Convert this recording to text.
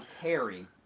carry